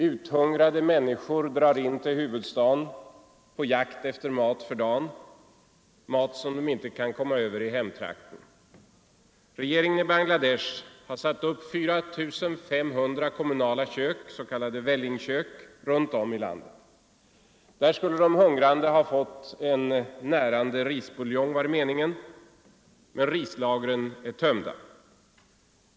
Uthungrade människor strömmar in till huvudstaden på jakt efter mat för dagen, mat som de inte kunnat komma över i hemtrakten. Regeringen i Bangladesh har satt upp 4 500 kommunala kök, s.k. vällingkök, runt om i landet. Där skulle de hungrande ha fått en närande risbuljong var det meningen, men rislagren är tömda.